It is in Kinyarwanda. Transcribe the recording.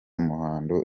muhando